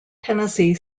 tennessee